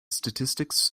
statistics